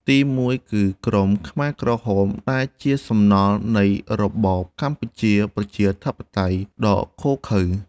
ទីមួយ គឺក្រុមខ្មែរក្រហម ដែលជាសំណល់នៃរបបកម្ពុជាប្រជាធិបតេយ្យដ៏ឃោរឃៅ។